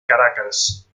caracas